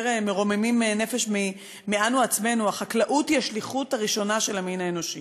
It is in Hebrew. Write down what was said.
מרוממים נפש מאנו-עצמנו: החקלאות היא השליחות הראשונה של המין האנושי.